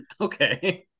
Okay